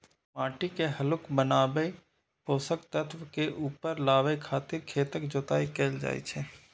माटि के हल्लुक बनाबै, पोषक तत्व के ऊपर लाबै खातिर खेतक जोताइ कैल जाइ छै